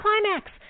climax